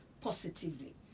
positively